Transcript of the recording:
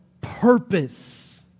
purpose